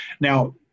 Now